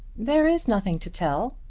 there is nothing to tell.